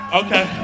okay